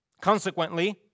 Consequently